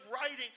writing